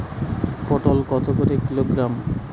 পটল কত করে কিলোগ্রাম?